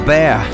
Bear